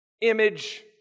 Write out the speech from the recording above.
image